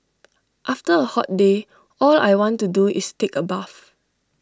after A hot day all I want to do is take A bath